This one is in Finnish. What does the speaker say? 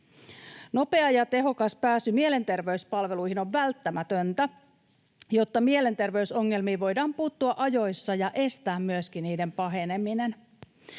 Nopea ja tehokas pääsy mielenterveyspalveluihin on välttämätöntä, jotta mielenterveysongelmiin voidaan puuttua ajoissa ja estää myöskin niiden paheneminen.